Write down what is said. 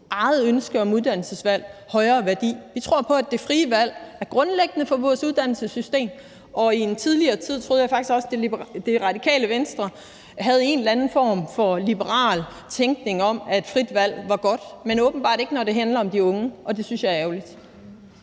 eget ønske om uddannelsesvalg højere værdi. Vi tror på, at det frie valg er grundlæggende for vores uddannelsessystem, og i en tidligere tid troede jeg faktisk også, at Radikale Venstre havde en eller anden form for liberal tænkning om, at frit valg var godt, men det gælder åbenbart ikke, når det handler om de unge, og det synes jeg er ærgerligt.